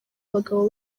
abagabo